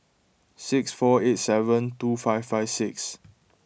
six four eight seven two five five six